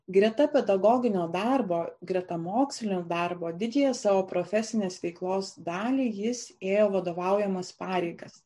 greta pedagoginio darbo greta mokslinio darbo didžiąją savo profesinės veiklos dalį jis ėjo vadovaujamas pareigas